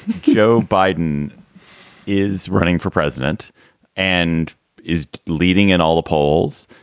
joe biden is running for president and is leading in all the polls.